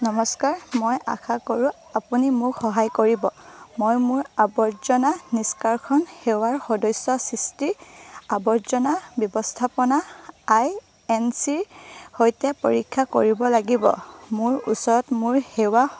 নমস্কাৰ মই আশা কৰোঁ আপুনি মোক সহায় কৰিব মই মোৰ আৱৰ্জনা নিষ্কাশন সেৱাৰ সদস্য স্থিতি আৱৰ্জনা ব্যৱস্থাপনা আই এন চি ৰ সৈতে পৰীক্ষা কৰিব লাগিব মোৰ ওচৰত মোৰ সেৱা